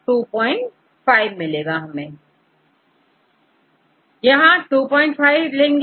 तो यहां 25 और 25 लेंगे